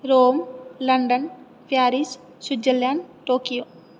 Rome London Paris Switzerland Tokyo